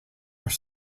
are